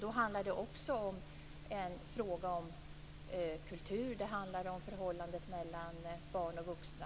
Det är också en fråga om kultur. Det handlar om förhållandet mellan barn och vuxna.